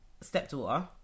stepdaughter